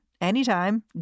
anytime